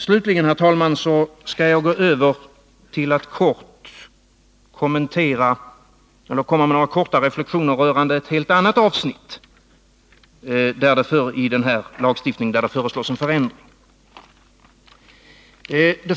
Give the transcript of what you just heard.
Slutligen, herr talman, skall jag göra några korta reflexioner rörande ett helt annat avsnitt i den här lagstiftningen, där det föreslås en förändring.